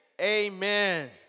Amen